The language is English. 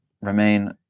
remain